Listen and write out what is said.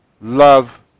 love